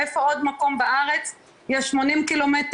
איפה עוד מקום בארץ יש 80 ק"מ,